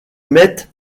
mettent